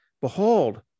behold